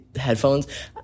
headphones